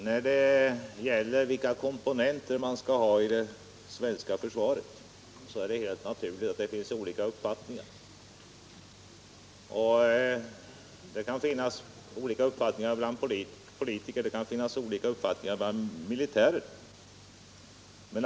Herr talman! Det är helt naturligt att olika uppfattningar finns om vilka komponenter man skall ha i det svenska försvaret. Det kan förekomma olika uppfattningar bland både politiker och militärer.